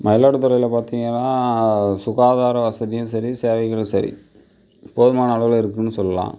மயிலாடுதுறையில பார்த்தீங்கனா சுகாதார வசதியும் சரி சேவையும் சரி போதுமான அளவில இருக்குன்னு சொல்லலாம்